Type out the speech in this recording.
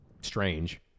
strange